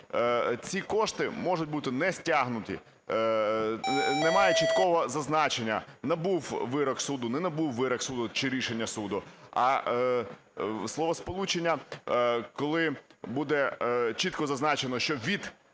ці кошти можуть бути не стягнуті, немає чіткого зазначення: набув вирок суду, не набув вирок суду чи рішення суду. А словосполучення, коли буде чітко зазначено, що від